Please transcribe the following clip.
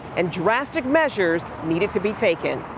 and drastic measures needed to be taken.